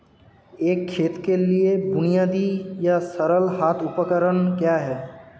एक खेत के लिए बुनियादी या सरल हाथ उपकरण क्या हैं?